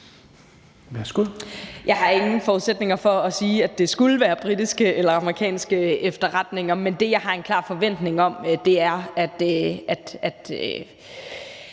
Jeg har ingen forudsætninger for at sige, at det skulle være britiske eller amerikanske efterretninger, men det, jeg har en klar forventning om, er, at